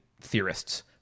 theorists